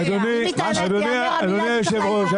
אדוני היושב ראש,